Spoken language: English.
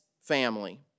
family